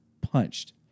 punched